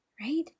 right